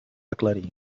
aclarir